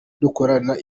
dukorana